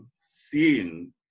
seen